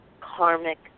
karmic